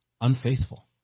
unfaithful